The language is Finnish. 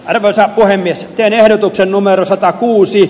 arvoisa puhemies pienen otoksen numero satakuusi